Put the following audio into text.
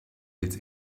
its